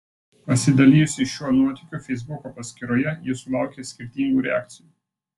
pasidalijusi šiuo nuotykiu feisbuko paskyroje ji sulaukė skirtingų reakcijų